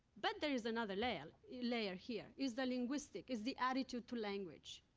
but there is another layer layer here is the linguistic, is the attitude to language.